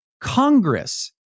Congress